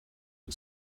and